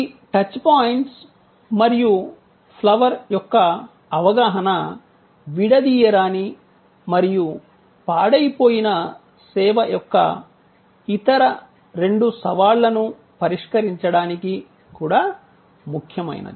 ఈ touch points మరియు flower యొక్క అవగాహన విడదీయరాని మరియు పాడైపోయిన సేవ యొక్క ఇతర రెండు సవాళ్లను పరిష్కరించడానికి కూడా ముఖ్యమైనది